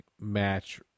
match